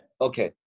Okay